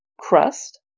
crust